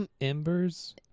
Embers